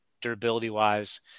durability-wise